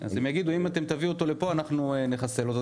הם יגידו שאם תביאו אותו לכאן, אנחנו נחסל אותו.